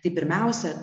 tai pirmiausia